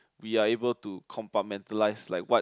we are able to compartmentalize like what